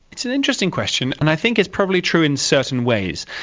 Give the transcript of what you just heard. it's an interesting question, and i think it's probably true in certain ways.